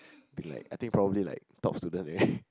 be like I think probably like top student already